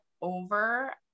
over